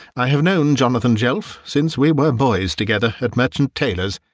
i have known jonathan jelf since we were boys together at merchant taylor's,